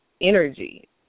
energy